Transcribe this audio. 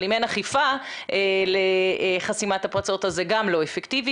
אבל אם אין אכיפה לחסימת הפרצות זה גם לא אפקטיבי,